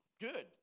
Good